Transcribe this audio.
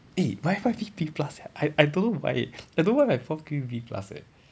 eh my F_Y_P B plus sia I I don't know why I don't know why my prof give me B plus eh